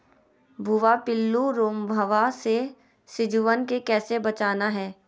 भुवा पिल्लु, रोमहवा से सिजुवन के कैसे बचाना है?